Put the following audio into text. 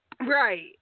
Right